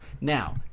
Now